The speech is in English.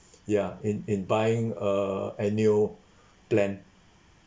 ya in in buying a annual plan